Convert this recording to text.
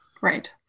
Right